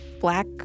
black